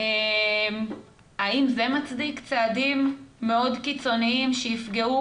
האם זה מצדיק צעדים מאוד קיצוניים שיפגעו